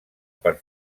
per